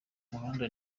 muhanda